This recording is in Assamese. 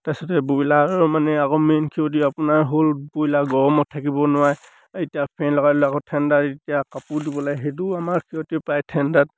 তাৰপিছতে ব্ৰইলাৰ মানে আকৌ মেইন ক্ষতি আপোনাৰ হ'ল ব্ৰইলাৰ গৰমত থাকিব নোৱাৰে এতিয়া ফেন লগাই দিলে আকৌ ঠাণ্ডাৰ এতিয়া কাপোৰ দিব লাগে সেইটোও আমাৰ ক্ষতিয়ে প্ৰায় ঠাণ্ডাত